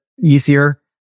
easier